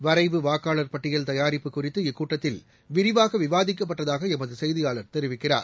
வரைவு வாக்காளர் பட்டியல் தயாரிப்பு குறித்து இக்கூட்டத்தில் விரிவாக விவாதிக்கப்பட்டதாக எமது செய்தியாளர் தெரிவிக்கிறார்